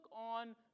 on